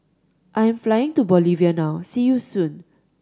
I am flying to Bolivia now See you soon